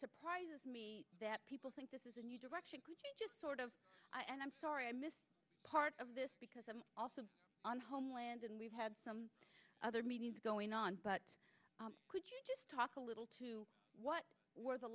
surprises me that people think this is a new direction just sort of and i'm sorry i missed part of this because i'm also on homeland and we've had some other meetings going on but could you just talk a little to what were the